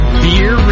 beer